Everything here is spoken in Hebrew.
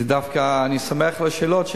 אני דווקא שמח על השאלות,